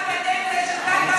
בקדנציה שלך,